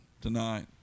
tonight